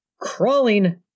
crawling